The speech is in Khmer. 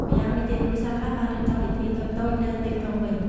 ម្យ៉ាងវិញទៀត គ្រួសារខ្លះបានរៀបចំពិធីតូចៗនៅទីក្រុងវិញ។